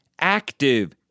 active